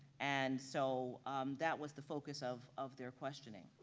and so that was the focus of of their questioning.